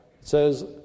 says